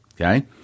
okay